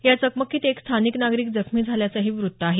या चकमकीत एक स्थानिक नागरिक जखमी झाल्याचं वृत्त आहे